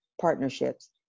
partnerships